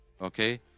Okay